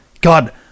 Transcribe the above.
God